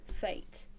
fate